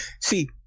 See